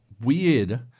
weird